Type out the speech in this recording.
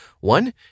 One